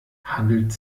handelt